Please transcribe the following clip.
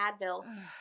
Advil